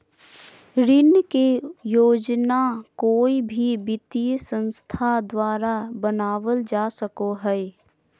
ऋण के योजना कोय भी वित्तीय संस्था द्वारा बनावल जा सको हय